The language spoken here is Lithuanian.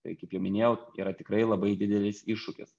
tai kaip jau minėjau yra tikrai labai didelis iššūkis